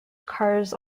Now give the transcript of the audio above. cars